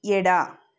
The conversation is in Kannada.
ಎಡ